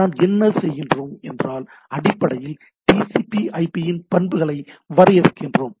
நாம் என்ன செய்கிறோம் என்றால் அடிப்படையில் டிசிபி ஐபியின் பண்புகளை வரையறுக்கிறோம்